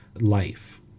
life